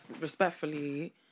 Respectfully